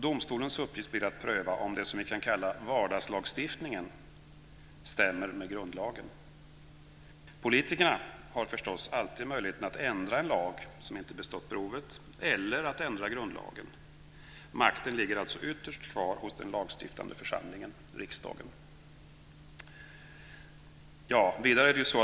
Domstolens uppgift blir att pröva om det som vi kan kalla vardagslagstiftningen stämmer med grundlagen. Politikerna har förstås alltid möjligheten att ändra en lag som inte bestått provet eller att ändra grundlagen. Makten ligger alltså ytterst kvar hos den lagstiftande församlingen, riksdagen.